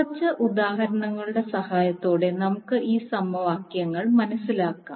കുറച്ച് ഉദാഹരണങ്ങളുടെ സഹായത്തോടെ നമുക്ക് ഈ സമവാക്യങ്ങൾ മനസ്സിലാക്കാം